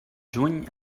juny